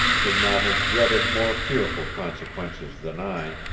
could not have dreaded more fearful consequences than i,